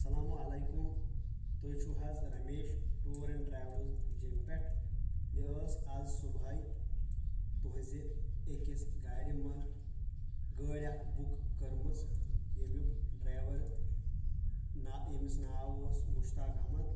اَسلام علیکُم تُہی چھُو حظ رمیش ٹوٗر اینٛڈ ٹرٛاولٕز جیٚمہٕ پٮ۪ٹھ مےٚ ٲس اَز صُبحٲے تُہٕنٛزِِ أکِس گاڑِ منٛز گٲڑۍ اَکھ بُک کٔرمٕژ ییٚمیُک ڈرٛایور نا ییٚمِس ناو اوس مشتاق اَحمد